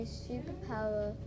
superpower